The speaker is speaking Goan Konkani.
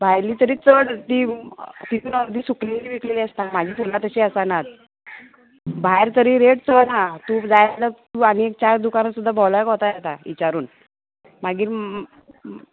भायली तरी चड ती तितून अर्दी सुकलेली बिकलेली आसता म्हाजी फुलां तशी आसानात भायर तरी रेट चड आहा तूं जाय जाल्यार तूं आनी एक चार दुकानां सुद्दां भोंवल्या कोताय येता इचारून मागीर